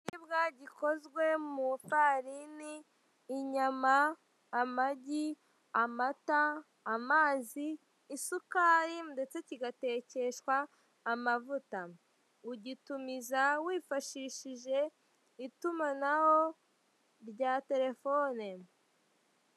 Ikiribwa gikozwe mu ifarini, inyama, amagi, amata, amazi, isukari ndetse kigatekeshwa amavuta ugitumiza wifashishije itumanaho rya telefone.